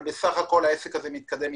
אבל בסך הכול העסק הזה מתקדם.